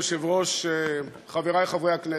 אדוני היושב-ראש, חברי חברי הכנסת,